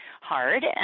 hard